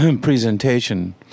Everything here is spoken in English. presentation